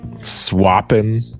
swapping